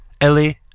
Ellie